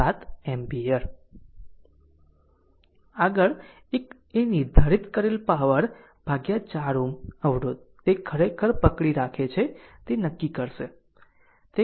આગળ એક એ નિર્ધારિત કરેલ પાવર 4 Ω અવરોધ તે ખરેખર પકડી રાખે છે તે નક્કી કરશે